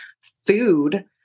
Food